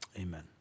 Amen